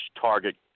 target